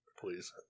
please